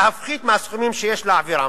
להפחית מהסכומים שיש להעבירם,